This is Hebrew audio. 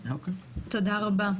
תודה רבה.